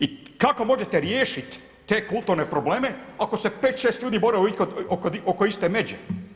I kako možete riješiti te kulturne probleme ako se 5,6 ljudi bori oko iste međe?